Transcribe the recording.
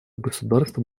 государства